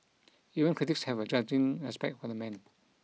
even critics have a grudging respect for the man